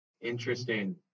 Interesting